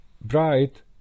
bright